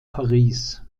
paris